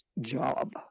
job